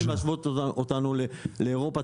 להשוות אותנו לאירופה,